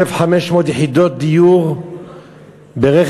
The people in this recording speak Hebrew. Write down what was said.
1,500 יחידות דיור ברכס-שועפאט,